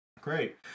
Great